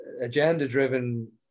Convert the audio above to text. agenda-driven